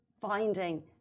finding